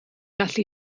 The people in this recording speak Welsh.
gallu